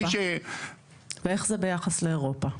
ואיך זה ביחס לאירופה?